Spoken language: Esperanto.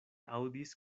aŭdis